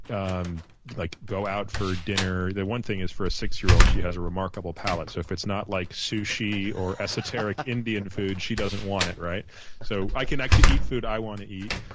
um like go out for dinner. the one thing is for a six-year-old, she has a remarkable palate. so if it's not like sushi or esoteric indian food, she doesn't want it. so i can actually eat food i want to eat.